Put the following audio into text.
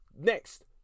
Next